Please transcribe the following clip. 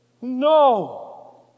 No